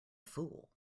fool